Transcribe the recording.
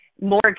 more